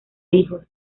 hijos